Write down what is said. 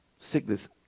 sickness